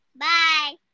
Bye